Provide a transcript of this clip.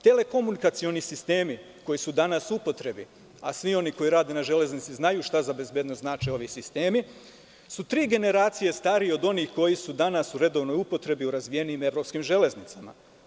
Telekomunikacioni sistemi, koji su danas u upotrebi, a svi oni koji rade na „Železnici Srbije“ znaju šta za bezbednost znače ovi sistemi su tri generacije starije od onih koji su danas u redovnoj upotrebi u razvijenim evropskim železnicama.